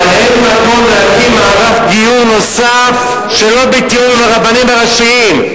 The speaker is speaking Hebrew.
אבל אין מקום להקים מערך גיור נוסף שלא בתיאום עם הרבנים הראשיים,